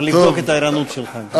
לבדוק את הערנות שלך.